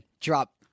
drop